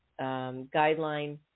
guideline